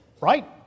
right